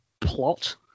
plot